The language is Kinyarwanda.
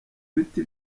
biti